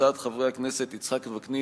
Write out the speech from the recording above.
הצעות לסדר-היום של חברי הכנסת יצחק וקנין,